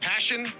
Passion